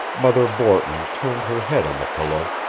mother borton turned her head on the pillow,